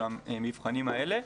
של המבחנים האלה,